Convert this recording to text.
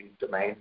domain